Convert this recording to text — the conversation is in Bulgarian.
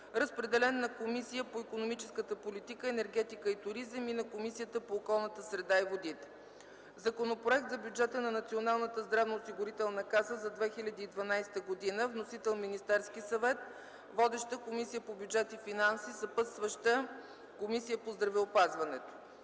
Разпределен е на Комисията по икономическата политика, енергетика и туризъм и на Комисията по околната среда и водите; - Законопроект за бюджета на Националната здравноосигурителна каса за 2012 г. Вносител е Министерският съвет. Водеща е Комисията по бюджет и финанси, съпътстваща е Комисията по здравеопазването;